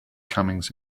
comings